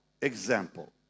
Example